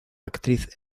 actriz